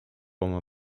oma